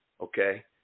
okay